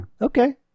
Okay